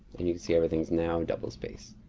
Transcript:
and you can see everything's now double spaced.